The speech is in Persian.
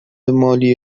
مالی